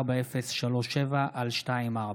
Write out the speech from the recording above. פ/4037/24.